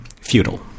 futile